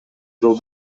жол